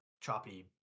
Choppy